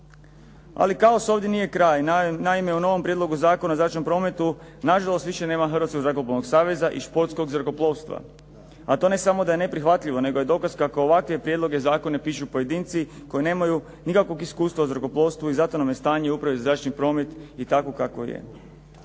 Ali kaosu ovdje nije kraj. Naime, u novom Prijedlogu Zakona o zračnom prometu, na žalost više nema Hrvatskog zrakoplovnog saveza i športskog zrakoplovstva. A to ne samo da je neprihvatljivo, nego je dokaz kako ovakve prijedloge i zakone pišu pojedinci koji nemaju nikakvog iskustva u zrakoplovstvu i zato nam je stanje uprave za zračni promet takvo kakvo je.